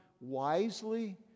wisely